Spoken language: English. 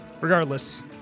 Regardless